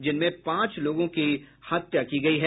जिनमें पांच लोगों की हत्या की गयी है